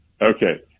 Okay